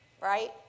right